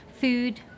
food